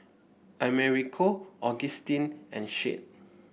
Americo Augustin and Shade